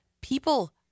People